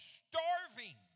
starving